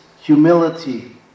humility